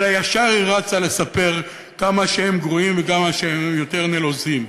אלא ישר היא רצה לספר כמה שהם גרועים וכמה שהם יותר נלוזים.